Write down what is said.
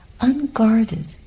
unguarded